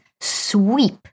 sweep